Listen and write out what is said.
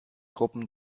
gruppen